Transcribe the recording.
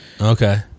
Okay